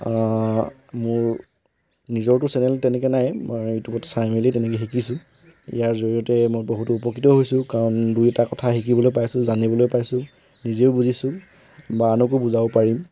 মোৰ নিজৰটো চেনেল তেনেকৈ নাই মই ইউটিউবত চাই মেলি তেনেকৈ শিকিছোঁ ইয়াৰ জৰিয়তে মই বহুতো উপকৃত হৈছোঁ কাৰণ দুই এটা কথা শিকিবলৈ পাইছোঁ জানিবলৈ পাইছো নিজেও বুজিছোঁ বা আনকো বুজাব পাৰিম